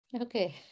Okay